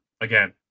again